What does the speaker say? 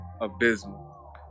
Abysmal